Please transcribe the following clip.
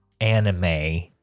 anime